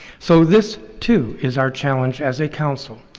so this too is our challenge as a council,